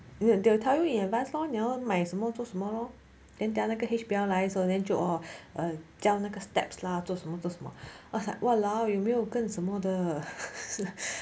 they'll tell you in advance lor 你要买什么做什么 lor then 那个 H_B_L 来的时候就 oh err 教那个 steps lah 做什么做什么 I was like !walao! 有没有更什么的